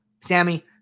sammy